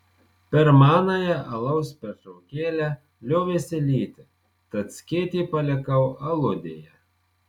per manąją alaus pertraukėlę liovėsi lyti tad skėtį palikau aludėje